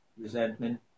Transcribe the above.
resentment